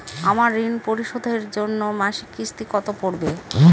আমার ঋণ পরিশোধের জন্য মাসিক কিস্তি কত পড়বে?